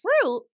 fruit